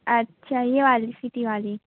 अच्छा ये वाली सिटी वाली